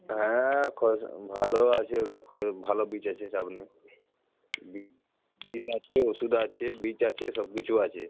হ্যাঁ খয় স ভালো আছে ওটা খয় ভালো বীজ আছে চাপ নেই বীজ বিষ আছে ওষুধ আছে বীজ আছে সব কিছু আছে